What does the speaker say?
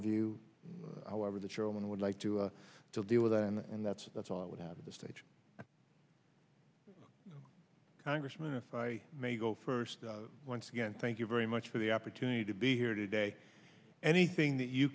of you however the chairman would like to deal with and that's that's all i would have the stage congressman if i may go first once again thank you very much for the opportunity to be here today anything that you